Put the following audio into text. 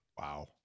Wow